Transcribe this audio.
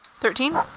Thirteen